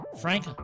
frank